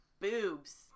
boobs